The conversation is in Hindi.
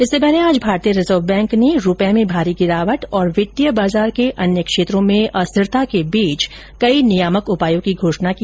इससे पहले आज भारतीय रिजर्व बैंक ने रूपए में भारी गिरावट और वित्तीय बाजार के अन्य क्षेत्रों में अस्थिरता के बीच कई नियामक उपायों की घोषणा की